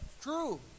true